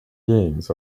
games